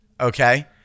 Okay